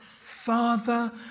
father